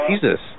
Jesus